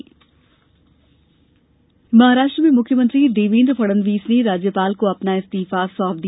Maharashtra CM Maharashtra में मुख्यमंत्री देवेन्द्र फडणवीस ने राज्यपाल को अपना इस्तीफा सौंप दिया